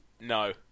No